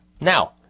Now